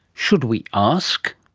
should we ask?